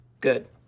Good